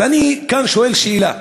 ואני כאן שואל שאלה: